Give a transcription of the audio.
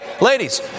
ladies